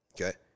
Okay